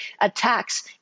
attacks